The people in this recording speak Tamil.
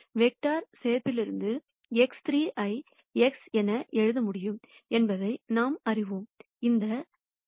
வெக்டர் சேர்ப்பிலிருந்து X3 ஐ X என எழுத முடியும் என்பதை நாம் அறிவோம் இது இந்த X Y